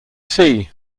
see